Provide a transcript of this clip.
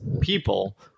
people